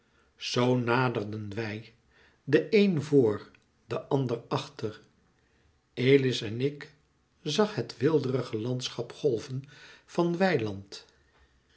zoo naderden wij de een vor de ander achter elis en ik zag het weelderige landschap golven van weiland